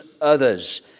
others